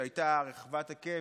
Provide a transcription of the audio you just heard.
שהייתה רחבת היקף,